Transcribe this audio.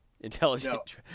intelligent